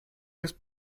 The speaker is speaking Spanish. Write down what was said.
les